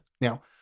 Now